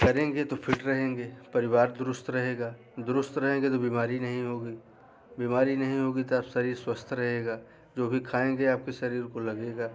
करेंगे तो फिट रहेंगे परिवार दुरुस्त रहेगा दुरुस्त रहेंगे तो बीमारी नहीं होगी बीमारी नहीं होगी तो अब शरीर स्वस्थ रहेगा जो भी खाएंगे आपके शरीर को लगेगा